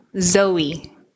zoe